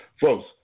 Folks